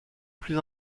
plus